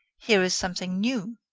here is something new.